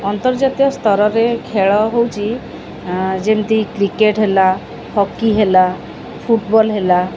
ଅନ୍ତର୍ଜାତୀୟ ସ୍ତରରେ ଖେଳ ହେଉଛି ଯେମିତି କ୍ରିକେଟ୍ ହେଲା ହକି ହେଲା ଫୁଟବଲ୍ ହେଲା